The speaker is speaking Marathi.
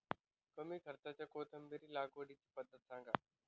कमी खर्च्यात कोथिंबिर लागवडीची पद्धत सांगा